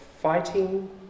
fighting